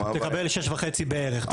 תקבל 6.5 בערך.